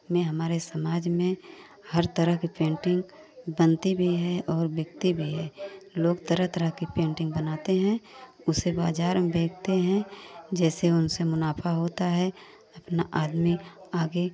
में हमारे समाज में हर तरह की पेंटिंग बनती भी है और बिकती भी है लोग तरह तरह की पेंटिंग बनाते हैं उसे बाज़ार में बेचते हैं जैसे उनसे मुनाफा होता है अपना आदमी आगे